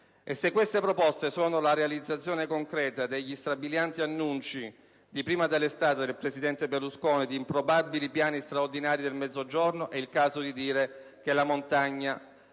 E se queste proposte sono la realizzazione concreta degli strabilianti annunci di prima dell'estate del presidente Berlusconi di improbabili piani straordinari per il Mezzogiorno, è il caso di dire che la montagna